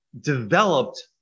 developed